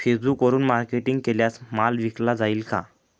फेसबुकवरुन मार्केटिंग केल्यास माल विकला जाईल का?